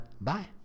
bye